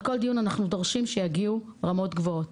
על כל דיון אנחנו דורשים שיגיעו רמות גבוהות.